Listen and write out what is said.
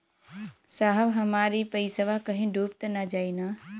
साहब हमार इ पइसवा कहि डूब त ना जाई न?